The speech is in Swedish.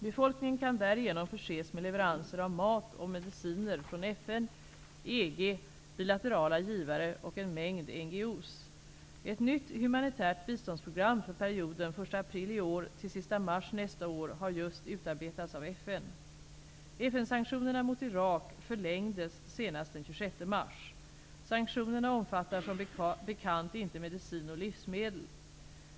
Befolkningen kan därigenom förses med leveranser av mat och mediciner från FN, EG, bilaterala givare och en mängd NGO:s. Ett nytt humanitärt biståndsprogram för perioden den 1 april i år till den 31 mars nästa år har just utarbetats av FN. mars. Sanktionerna omfattar som bekant inte medicin och livsmedel.